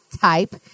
type